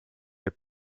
app